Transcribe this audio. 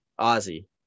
Ozzy